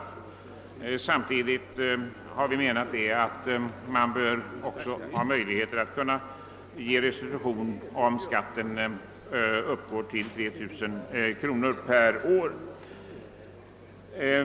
Reservanterna har också ansett att det bör föreligga möjligheter till restitution om skatten uppgår till 3 000 kronor per år.